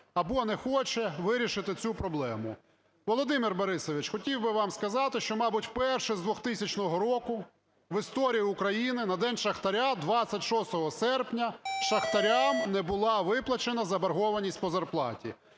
або не хоче вирішити цю проблему. Володимир Борисович, хотів би вам сказати, що, мабуть, вперше з 2000 року в історії України на День шахтаря 26 серпня шахтарям не була виплачена заборгованість по зарплаті.